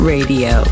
Radio